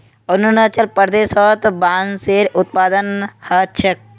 अरुणाचल प्रदेशत बांसेर उत्पादन ह छेक